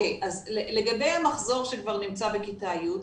לגבי המחזור שכבר נמצא בכיתה י',